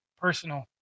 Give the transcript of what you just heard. personal